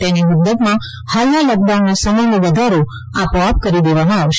તેની મુદતમાં હાલના લોકડાઉનના સમયનો વધારો આપોઆપ કરી દેવામાં આવશે